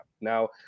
Now